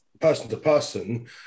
person-to-person